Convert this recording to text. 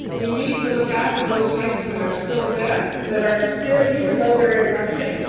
we need to look after those sites that are still there, that are still, even though they're in rough shape,